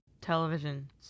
television